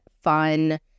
fun